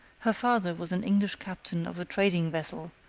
her father was an english captain of a trading vessel,